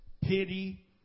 pity